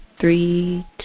three